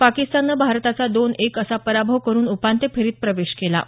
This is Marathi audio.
पाकिस्ताननं भारताचा दोन एक असा पराभव करुन उपान्त्य फेरीत प्रवेश केला आहे